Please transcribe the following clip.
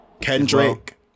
Kendrick